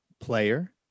player